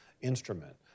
instrument